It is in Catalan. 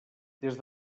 des